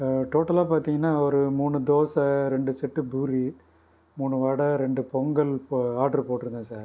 டோட்டலாக பார்த்திங்கன்னா ஒரு மூணு தோசை ரெண்டு செட்டு பூரி மூணு வடை ரெண்டு பொங்கல் இப்போ ஆட்ரு போட்டுருந்தேன் சார்